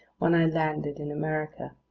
when i landed in america.